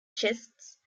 chests